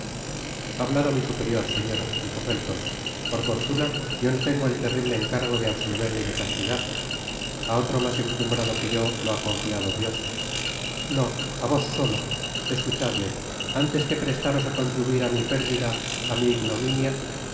á mi superior señora dijo felton por fortuna yo no tengo el terrible encargo de absolver ni de castigar á otro mas encumbrado que yo lo ha confiado dios no á vos solo escuchadme antes que prestaros á contribuir á mi pérdida á mi ignominia